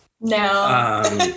No